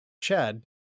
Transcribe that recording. Chad